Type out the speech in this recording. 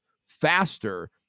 faster